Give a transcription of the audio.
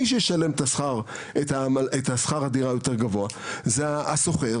מי שישלם את שכר הדירה היותר גבוה זה השוכר.